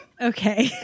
Okay